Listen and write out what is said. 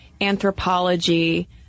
anthropology